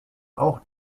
auch